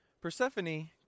Persephone